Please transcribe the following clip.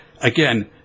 again